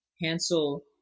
Hansel